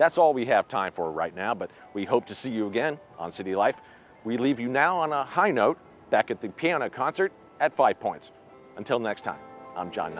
that's all we have time for right now but we hope to see you again on city life we leave you now on a high note back at the piano concert at five points until next time i'm john